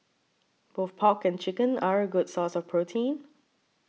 both pork and chicken are a good source of protein